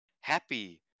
Happy